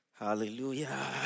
Hallelujah